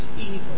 evil